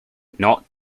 not